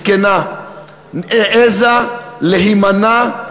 מסכנה, העזה להימנע,